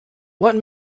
what